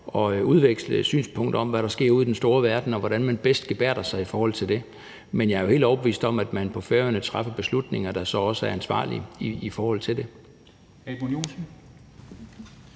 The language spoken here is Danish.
at udveksle synspunkter om, hvad der sker ude i den store verden, og hvordan man bedst gebærder sig i forhold til det. Men jeg er helt overbevist om, at man på Færøerne træffer beslutninger, der så også er ansvarlige i forhold til det. Kl.